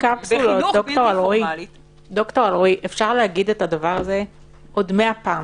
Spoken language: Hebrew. אפשר לומר את זה עוד מאה פעם.